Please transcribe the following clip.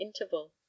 interval